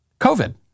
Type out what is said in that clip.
COVID